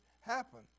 happen